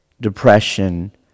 depression